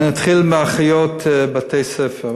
נתחיל מאחיות בתי-הספר.